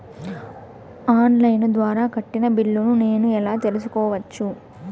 On line ద్వారా కట్టిన బిల్లును నేను ఎలా తెలుసుకోవచ్చు?